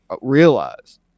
realize